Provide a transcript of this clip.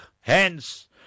Hence